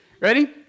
Ready